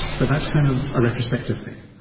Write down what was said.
but that's kind of a retrospective thing.